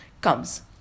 comes